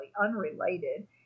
unrelated